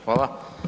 Hvala.